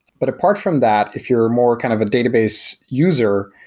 but apart from that, if you're more kind of a database user,